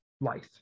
life